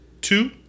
two